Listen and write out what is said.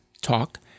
talk